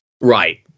right